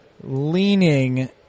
leaning